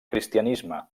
cristianisme